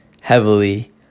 heavily